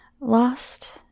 Lost